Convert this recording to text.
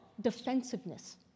defensiveness